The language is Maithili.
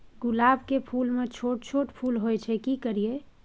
गुलाब के फूल में छोट छोट फूल होय छै की करियै?